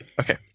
Okay